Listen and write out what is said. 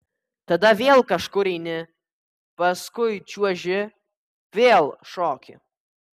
tada vėl kažkur eini paskui čiuoži vėl šoki